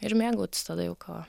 ir mėgautis tada jau kava